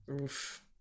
Oof